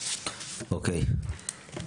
אוקיי,